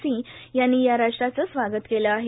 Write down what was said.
सिंह यांनी या राष्ट्रांचं स्वागत केलं आहे